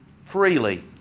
freely